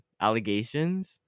allegations